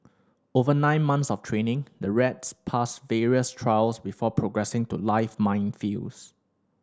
over nine months of training the rats pass various trials before progressing to live minefields